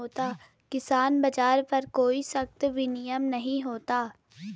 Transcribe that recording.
किसान बाज़ार पर कोई सख्त विनियम नहीं होता